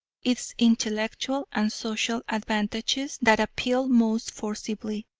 its intellectual and social advantages that appeal most forcibly,